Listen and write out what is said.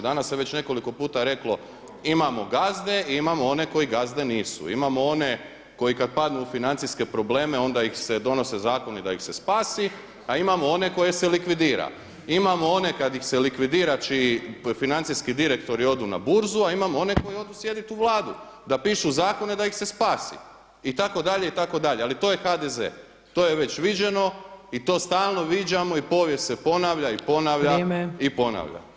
Danas se već nekoliko puta reklo imamo gazde i imamo one koji gazde nisu, imamo one koji kada padnu u financijske probleme onda ih se donose zakoni da ih se spasi, a imamo one koje se likvidira, imamo one kada se likvidira čiji financijski direktori odu na burzu, a imamo one koji odu sjediti u Vladu da piše zakone da ih spasi itd., itd. ali to je HDZ to je već viđeno i to stalno viđamo i povijest se ponavlja i ponavlja i ponavlja.